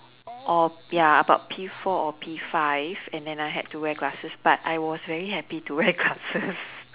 or ya about P four or P five and then I had to wear glasses but I was very happy to wear glasses